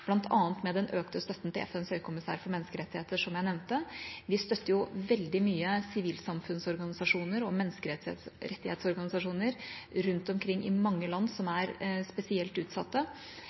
med den økte støtten til FNs høykommissær for menneskerettigheter, som jeg nevnte. Vi støtter veldig mange sivilsamfunnsorganisasjoner og menneskerettighetsorganisasjoner rundt om i mange land som er spesielt